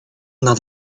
nad